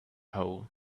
hole